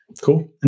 cool